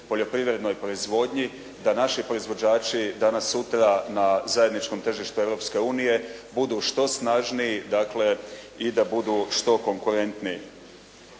poljoprivrednoj proizvodnji da naši proizvođači danas, sutra na zajedničkom tržištu Europske unije budu što snažniji, dakle i da budu što konkurentniji.